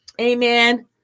Amen